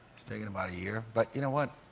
it's taken about a year. but you know what?